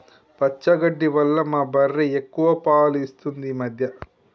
పచ్చగడ్డి వల్ల మా బర్రె ఎక్కువ పాలు ఇస్తుంది ఈ మధ్య